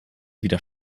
wieder